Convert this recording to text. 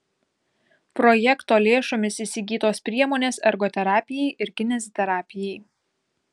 projekto lėšomis įsigytos priemonės ergoterapijai ir kineziterapijai